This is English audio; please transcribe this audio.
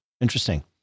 Interesting